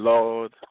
Lord